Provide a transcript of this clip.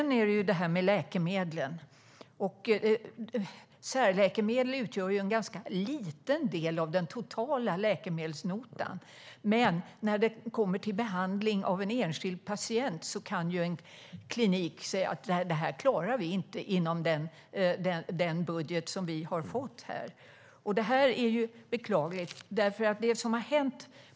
När det gäller läkemedlen utgör särläkemedel en ganska liten del av den totala läkemedelsnotan. Men när det kommer till behandling av en enskild patient kan en klinik säga att den inte klarar det inom den budget som den har fått. Det är beklagligt.